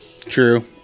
True